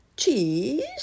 Cheese